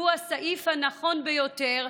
שהוא הסעיף הנכון ביותר,